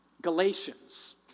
Galatians